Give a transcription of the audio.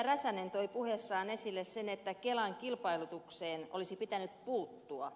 räsänen toi puheessaan esille sen että kelan kilpailutukseen olisi pitänyt puuttua